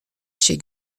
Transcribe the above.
chez